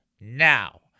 now